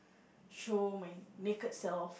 show my naked self